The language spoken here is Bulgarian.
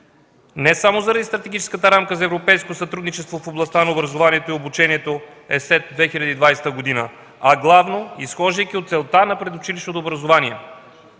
Не само заради Стратегическата рамка за европейско сътрудничество в областта на образованието и обучението след 2020 г., а главно изхождайки от целта на предучилищното образование